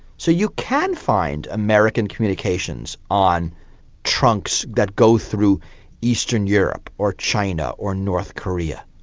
so you can find american communications on trunks that go through eastern europe or china or north korea.